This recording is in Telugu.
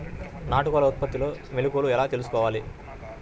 నాటుకోళ్ల ఉత్పత్తిలో మెలుకువలు ఎలా తెలుసుకోవాలి?